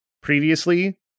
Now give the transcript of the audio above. previously